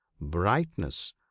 brightness